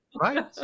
Right